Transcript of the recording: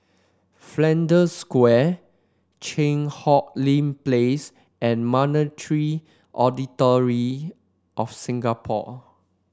Flanders Square Cheang Hong Lim Place and Monetary Authority Of Singapore